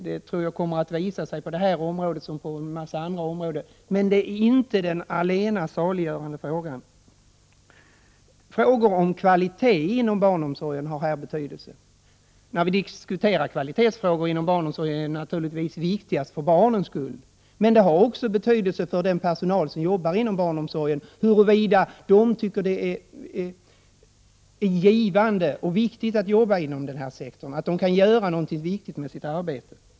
Det kommer att visa sig på detta område liksom på många andra. Men lönen är inte allena saliggörande. Frågan om kvalitet inom barnomsorgen har också betydelse. Kvaliteten inom barnomsorgen är naturligtvis viktigast för barnen. Men det har också betydelse för den personal som arbetar inom barnomsorgen huruvida man tycker att det är givande och viktigt att arbeta inom denna sektor och att man tycker att man kan göra något viktigt med sitt arbete.